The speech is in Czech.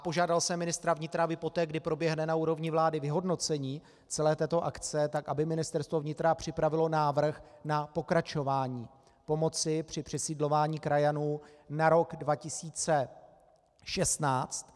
Požádal jsem ministra vnitra, aby poté, kdy proběhne na úrovni vlády vyhodnocení celé této akce, tak aby Ministerstvo vnitra připravilo návrh na pokračování pomoci při přesídlování krajanů na rok 2016.